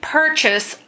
purchase